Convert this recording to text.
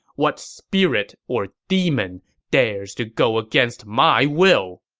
what spirit or demon dares to go against my will!